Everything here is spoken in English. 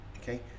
okay